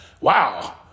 Wow